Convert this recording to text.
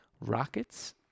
Rockets